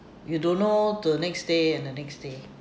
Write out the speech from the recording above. you don't know the next day and the next day